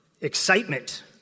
excitement